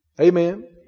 amen